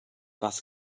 was